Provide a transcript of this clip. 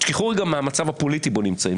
תשכחו רגע מהמצב הפוליטי שבו נמצאים,